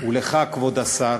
ולך, כבוד השר,